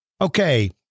Okay